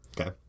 Okay